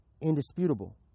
indisputable